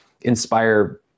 inspire